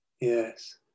yes